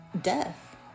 death